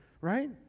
right